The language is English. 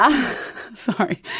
Sorry